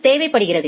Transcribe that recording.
தேவைப்படுகின்றன